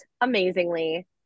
amazingly